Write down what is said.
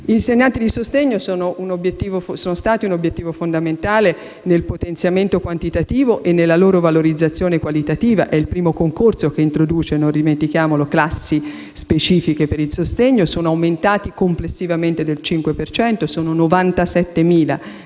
dalla senatrice Ferrara, sono stati un obiettivo fondamentale nel potenziamento quantitativo e nella loro valorizzazione qualitativa. È il primo concorso che introduce, non dimentichiamolo, classi specifiche per il sostegno; sono aumentati complessivamente del cinque per